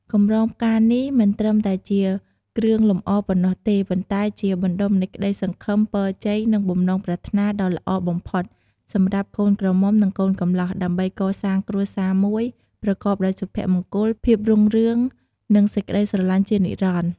កម្រងផ្កានេះមិនត្រឹមតែជាគ្រឿងលម្អប៉ុណ្ណោះទេ ប៉ុន្តែជា បណ្តុំនៃក្តីសង្ឃឹម ពរជ័យ និងបំណងប្រាថ្នាដ៏ល្អបំផុត សម្រាប់កូនក្រមុំ និងកូនកំលោះ ដើម្បីកសាងគ្រួសារមួយប្រកបដោយសុភមង្គល ភាពរុងរឿង និងសេចក្តីស្រឡាញ់ជានិរន្តរ៍។